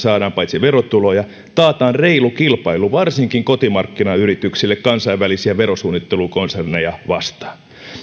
paitsi saadaan verotuloja myös taataan reilu kilpailu varsinkin kotimarkkinayrityksille kansainvälisiä verosuunnittelukonserneja vastaan